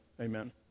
Amen